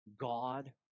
God